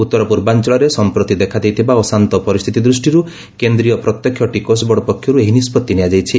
ଉତ୍ତର ପୂର୍ବାଞ୍ଚଳରେ ସଂପ୍ରତି ଦେଖାଦେଇଥିବା ଅଶାନ୍ତ ପରିସ୍ଥିତି ଦୃଷ୍ଟିରୁ କେନ୍ଦ୍ରୀୟ ପ୍ରତ୍ୟକ୍ଷ ଟିକସ ବୋର୍ଡ ପକ୍ଷରୁ ଏହି ନିଷ୍କଭି ନିଆଯାଇଛି